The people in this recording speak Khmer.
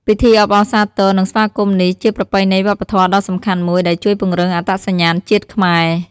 ពិធីអបអរសាទរ និងស្វាគមន៍នេះជាប្រពៃណីវប្បធម៌ដ៏សំខាន់មួយ ដែលជួយពង្រឹងអត្តសញ្ញាណជាតិខ្មែរ។